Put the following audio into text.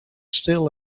still